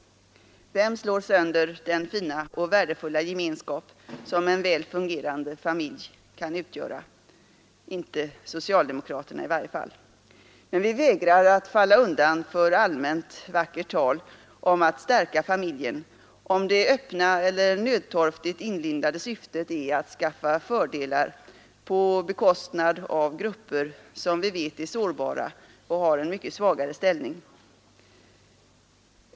Vem slår sönder den fina och värdefulla gemenskap som en väl fungerande familj kan utgöra? Inte socialdemokraterna i varje fall. Men vi vägrar att falla undan för allmänt vackert tal om att stärka familjen, om det öppna eller nödtorftigt inlindade syftet är att skaffa fördelar på bekostnad av grupper som vi vet är sårbara och har en mycket svagare ställning.